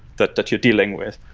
that that you're dealing with.